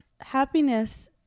Happiness